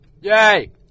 Yay